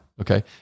okay